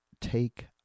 take